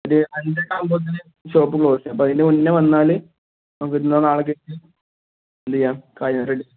ഒരു അഞ്ചര ആകുമ്പോൾ ഷോപ്പ് ക്ലോസ് ചെയ്യും അപ്പോൾ അതിന് മുന്നേ വന്നാൽ നമുക്ക് ഇന്നോ നാളേയ്ക്ക് ഒക്കെ എന്ത് ചെയ്യാം സാധനം റെഡി